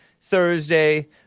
Thursday